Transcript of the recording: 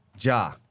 Ja